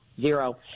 Zero